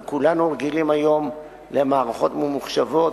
אנחנו כולנו רגילים היום למערכות ממוחשבות.